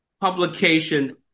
publication